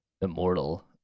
immortal